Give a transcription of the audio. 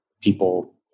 people